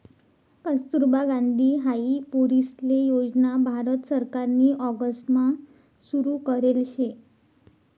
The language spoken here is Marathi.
कस्तुरबा गांधी हाई पोरीसले योजना भारत सरकारनी ऑगस्ट मा सुरु करेल शे